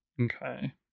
Okay